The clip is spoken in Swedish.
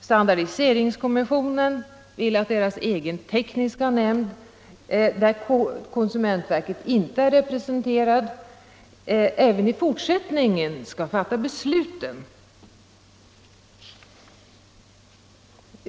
Standardiseringskommissionen vill att deras egen tekniska nämnd, där konsumentverket inte är representerat, även i fortsättningen skall fatta besluten.